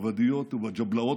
בוואדיות ובג'בלאות,